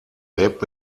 lebt